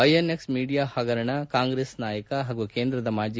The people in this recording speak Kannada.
ಐಎನ್ಎಕ್ಟ್ ಮೀಡಿಯಾ ಹಗರಣ ಕಾಂಗ್ರೆಸ್ ನಾಯಕ ಹಾಗೂ ಕೇಂದ್ರದ ಮಾಜಿ